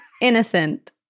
Innocent